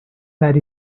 that